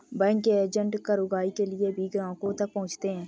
bank के agent कर उगाही के लिए भी ग्राहकों तक पहुंचते हैं